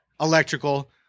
electrical